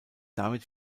damit